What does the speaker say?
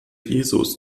jesus